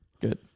Good